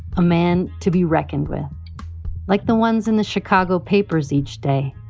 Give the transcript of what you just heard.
a man to be reckoned with like the ones in the chicago papers each day.